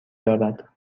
دارد